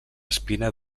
espina